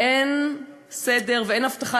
אין סדר ואין הבטחה,